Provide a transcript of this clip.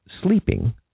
sleeping